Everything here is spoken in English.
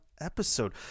episode